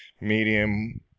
medium